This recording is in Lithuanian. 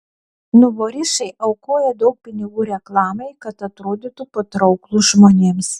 nuvorišai aukoja daug pinigų reklamai kad atrodytų patrauklūs žmonėms